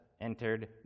entered